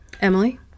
Emily